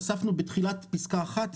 הוספנו בתחילת פסקה אחת,